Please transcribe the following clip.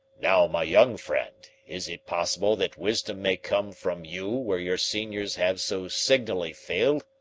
now, my young friend, is it possible that wisdom may come from you where your seniors have so signally failed?